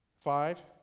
five?